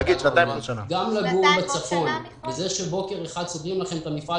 גם לגור בצפון וזה שבוקר אחד סוגרים לך את המפעל